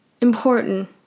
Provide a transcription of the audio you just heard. important